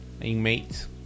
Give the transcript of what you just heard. inmates